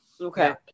Okay